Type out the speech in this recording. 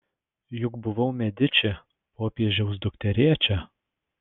juk buvau mediči popiežiaus dukterėčia